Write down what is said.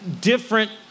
different